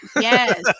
Yes